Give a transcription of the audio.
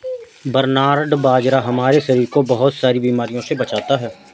barnyard बाजरा हमारे शरीर को बहुत सारी बीमारियों से बचाता है